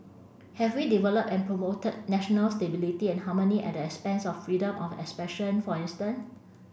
have we developed and promoted national stability and harmony at the expense of freedom of expression for instance